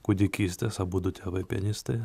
kūdikystės abudu tėvai pianistai